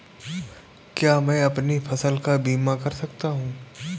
क्या मैं अपनी फसल का बीमा कर सकता हूँ?